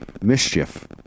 Mischief